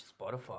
Spotify